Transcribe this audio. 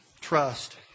trust